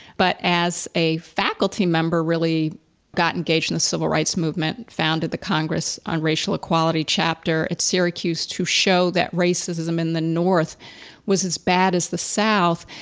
but as a faculty member, really got engaged in the civil rights movement, founded the congress on racial equality chapter at syracuse to show that racism in the north was as bad as the south.